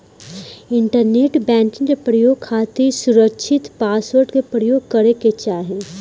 internet banking के प्रयोग खातिर सुरकछित पासवर्ड के परयोग करे के चाही